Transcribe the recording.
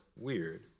weird